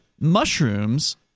mushrooms